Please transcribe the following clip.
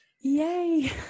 Yay